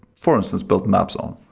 for instance, build maps on.